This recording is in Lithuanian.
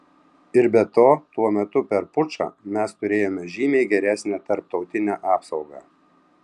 ir be to tuo metu per pučą mes turėjome žymiai geresnę tarptautinę apsaugą